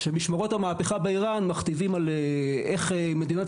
שמשמרות המהפכה באיראן מכתיבים איך מדינת